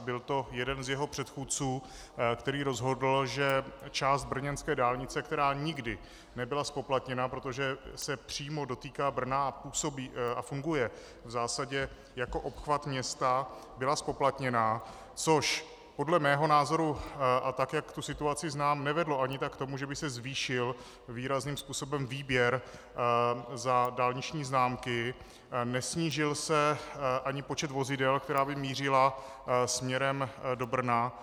Byl to jeden z jeho předchůdců, který rozhodl, že část brněnské dálnice, která nikdy nebyla zpoplatněna, protože se přímo dotýká Brna a funguje v zásadě jako obchvat města, byla zpoplatněna, což podle mého názoru, a tak jak tu situaci znám, nevedlo ani tak k tomu, že by se zvýšil výrazným způsobem výběr za dálniční známky, nesnížil se ani počet vozidel, která by mířila směrem do Brna.